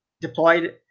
deployed